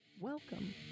Welcome